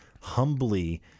humbly